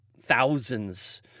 thousands